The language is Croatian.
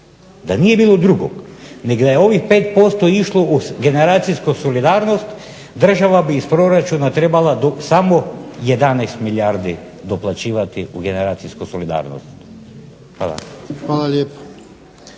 da nije bilo drugog nego da je ovih 5% išlo uz generacijsku solidarnost država bi iz proračuna trebala samo 11 milijardi doplaćivati u generacijsku solidarnost. Hvala. **Jarnjak,